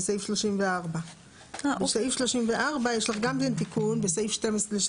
בסעיף 34. בסעיף 34 יש לך גם כן תיקון לסעיף